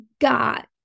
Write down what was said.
got